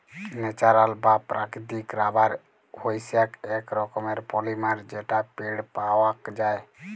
natural বা প্রাকৃতিক rubber হইসেক এক রকমের পলিমার যেটা পেড় পাওয়াক যায়